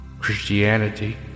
Christianity